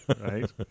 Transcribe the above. right